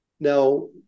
Now